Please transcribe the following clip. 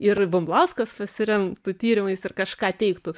ir bumblauskas pasiremtų tyrimais ir kažką teigtų